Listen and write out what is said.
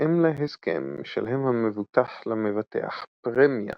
בהתאם להסכם, משלם המבוטח למבטח פרמיה